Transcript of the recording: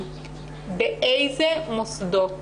אני בטוחה,